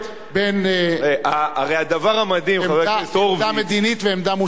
יש גם הבדל בין עמדה מדינית ועמדה מוסרית.